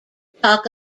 talk